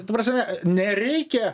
ta prasme nereikia